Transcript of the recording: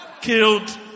killed